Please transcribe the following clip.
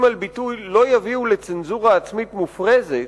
על ביטוי לא יביאו לצנזורה עצמית מופרזת,